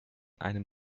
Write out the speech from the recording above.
einem